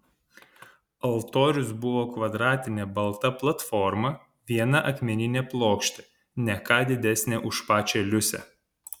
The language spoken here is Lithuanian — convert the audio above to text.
altorius buvo kvadratinė balta platforma viena akmeninė plokštė ne ką didesnė už pačią liusę